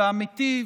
המיטיב,